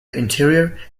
interior